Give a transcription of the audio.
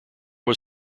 was